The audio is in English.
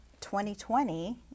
2020